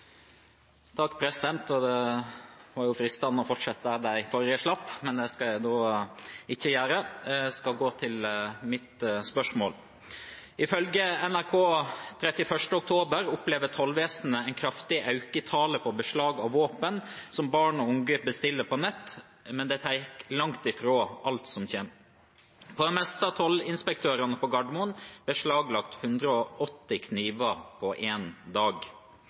Det er fristende å fortsette der den forrige slapp, men det skal jeg ikke gjøre. Jeg skal gå til mitt spørsmål: «Ifylgje NRK 31. oktober opplever tollvesenet ein kraftig auke i talet på beslag av våpen som barn og unge bestiller på nett, men dei tek langtfrå alt. På det meste har tollinspektørane på Gardermoen beslaglagt 180 knivar på ein dag.